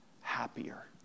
happier